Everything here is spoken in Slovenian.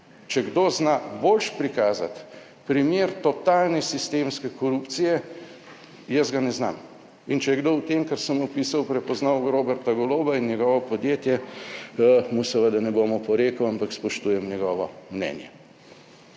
Če kdo zna boljše prikazati primer totalne sistemske korupcije, jaz ga ne znam. In če je kdo v tem, kar sem opisal, prepoznal Roberta Goloba in njegovo podjetje, mu seveda ne bom oporekal, ampak spoštujem njegovo mnenje.